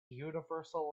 universal